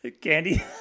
candy